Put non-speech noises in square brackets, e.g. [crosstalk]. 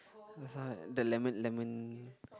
[noise] the lemon lemon